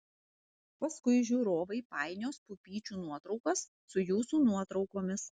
paskui žiūrovai painios pupyčių nuotraukas su jūsų nuotraukomis